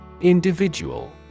Individual